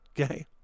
Okay